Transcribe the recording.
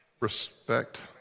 Respect